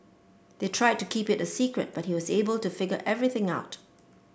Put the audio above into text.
they tried to keep it a secret but he was able to figure everything out